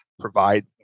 provide